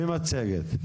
מצגת.